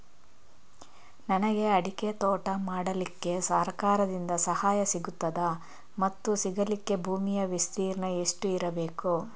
ನನಗೆ ಅಡಿಕೆ ತೋಟ ಮಾಡಲಿಕ್ಕೆ ಸರಕಾರದಿಂದ ಸಹಾಯ ಸಿಗುತ್ತದಾ ಮತ್ತು ಸಿಗಲಿಕ್ಕೆ ಭೂಮಿಯ ವಿಸ್ತೀರ್ಣ ಎಷ್ಟು ಇರಬೇಕು?